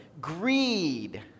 greed